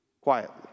quietly